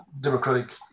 democratic